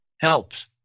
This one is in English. helps